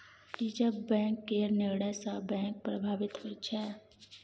reserve bank केर निर्णय सँ बैंक प्रभावित होइ छै